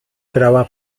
brała